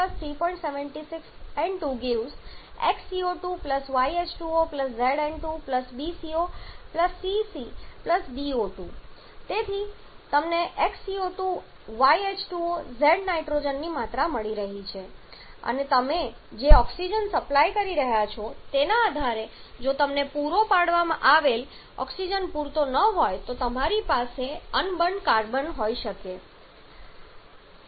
76 N2 🡪 x CO2 y H2O z N2 b CO C O2 તેથી તમને x CO2 y H2O z નાઇટ્રોજનની માત્રા મળી રહી છે અને તમે જે ઓક્સિજન સપ્લાય કરી રહ્યા છો તેના આધારે જો તમને પૂરો પાડવામાં આવેલ ઓક્સિજન પૂરતો ન હોય તો તમારી પાસે કેટલીક અન્ય વસ્તુઓ પણ હોઈ શકે છે